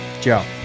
Joe